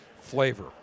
flavor